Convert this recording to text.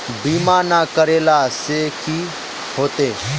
बीमा ना करेला से की होते?